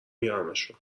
میارمشون